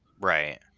Right